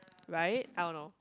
right I don't know